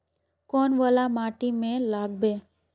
कौन वाला माटी में लागबे?